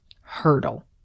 hurdle